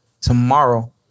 tomorrow